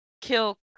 kill